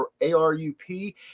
ARUP